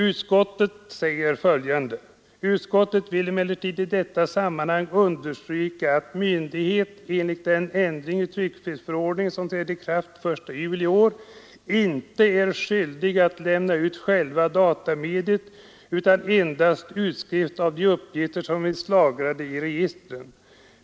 Utskottet säger följande: ”Utskottet vill emellertid i detta sammanhang understryka att myndighet enligt den ändring i tryckfrihetsförordningen som träder i kraft den 1 juli i år inte är skyldig att lämna ut själva datamediet utan endast utskrift av de uppgifter som finns lagrade i registren.